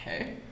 Okay